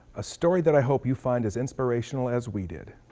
a story that i hope you find as inspirational as we did.